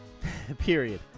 period